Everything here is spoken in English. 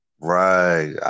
Right